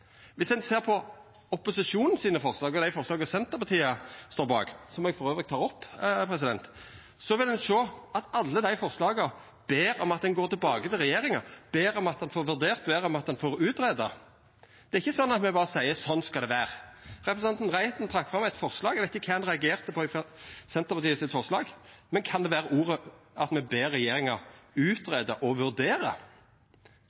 ein ser på forslaga frå opposisjonen, og dei forslaga Senterpartiet står bak – og eg tek opp forslag nr. 20 – vil ein sjå at alle dei forslaga ber om at ein går tilbake til regjeringa, ber om at ein får vurdert, ber om at ein får utgreidd. Det er ikkje sånn at me berre seier: Sånn skal det vera. Representanten Reiten trekte fram eit forslag. Eg veit ikkje kva han reagerte på i forslaget frå Senterpartiet, men kan det vera orda at me ber regjeringa